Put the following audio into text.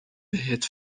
بهت